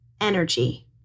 energy